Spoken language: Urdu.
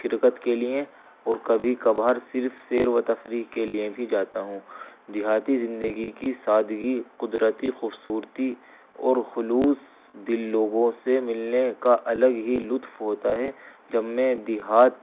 شرکت کے لیے اور کبھی کبھار صرف سیر و تفریح کے لیے بھی جاتا ہوں دیہاتی زندگی کی سادگی قدرتی خوبصورتی اور خلوص دل لوگوں سے ملنے کا الگ ہی لطف ہوتا ہے جب میں دیہات